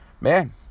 man